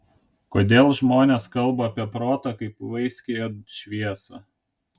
kodėl žmonės kalba apie protą kaip vaiskiąją šviesą